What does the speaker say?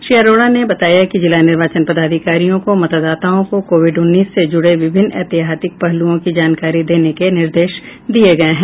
श्री अरोड़ा ने बताया कि जिला निर्वाचन पदाधिकारियों को मतदाताओं को कोविड उन्नीस से जुड़े विभिन्न एहतियाती पहलुओं की जानकारी देने के निर्देश दिये गये हैं